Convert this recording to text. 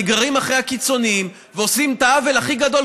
נגררים אחרי הקיצוניים ועושים את העוול הכי גדול